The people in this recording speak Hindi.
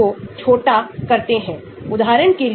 जब आपके पास अधिकतम गतिविधि हो तो यह एक अनुकूलतम log p है